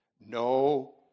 No